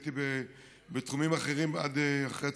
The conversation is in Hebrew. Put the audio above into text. הייתי בתחומים אחרים עד אחר הצוהריים.